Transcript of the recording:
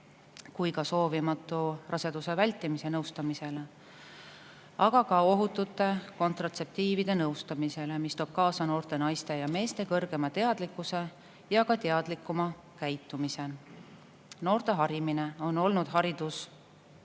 kui ka soovimatu raseduse vältimise [võimalustele], samuti ohutute kontratseptiivide tutvustamisele, mis toob kaasa noorte naiste ja meeste kõrgema teadlikkuse ja teadlikuma käitumise. Noorte harimine on olnud hariduse